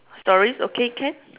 stories okay can